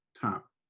top